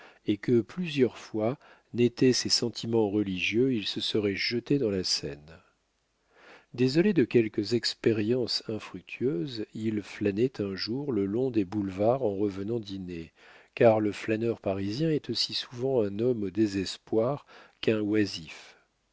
et que plusieurs fois n'était ses sentiments religieux il se serait jeté dans la seine désolé de quelques expériences infructueuses il flânait un jour le long des boulevards en revenant dîner car le flâneur parisien est aussi souvent un homme au désespoir qu'un oisif